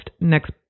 next